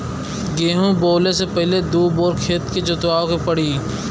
गेंहू बोवले से पहिले दू बेर खेत के जोतवाए के पड़ी